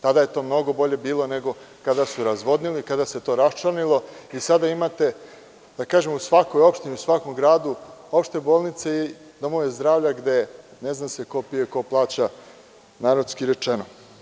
Tada je to mnogo bolje bilo nego kada su razvodnili, kada se to raščlanilo i sada imate, da kažem, u svakoj opštini, u svakom gradu opšte bolnice i domove zdravlja gde ne zna se ko pije ko plaća, narodski rečeno.